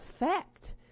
effect